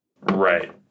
Right